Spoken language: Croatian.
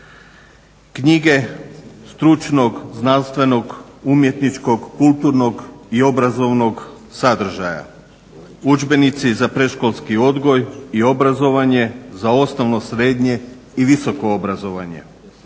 Knjige stručnog, znanstvenog, umjetničkog, kulturnog i obrazovnog sadržaja, udžbenici za predškolski odgoj i obrazovanje, za osnovno, srednje i visoko obrazovanje,